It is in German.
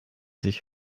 sich